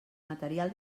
material